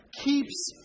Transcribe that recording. Keeps